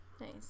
nice